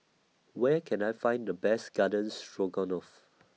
Where Can I Find The Best Garden Stroganoff